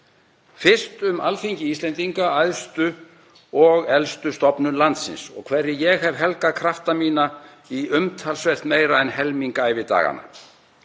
Fyrst um Alþingi Íslendinga, æðstu og elstu stofnun landsins og hverri ég hef helgað krafta mína í umtalsvert meira en helming ævidaganna.